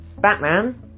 Batman